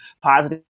positive